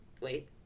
Wait